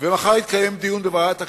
ומחר יתקיים דיון בוועדת הכספים.